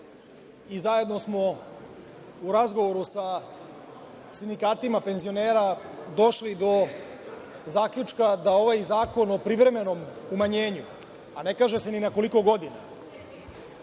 i zajedno smo u razgovoru sa sindikatima penzionera došli do zaključka da ovaj Zakon o privremenom umanjenju, a ne kaže se ni na koliko godina,